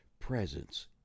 presence